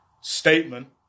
statement